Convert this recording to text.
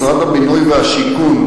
משרד הבינוי והשיכון,